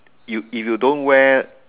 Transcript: you if you don't wear